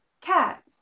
cat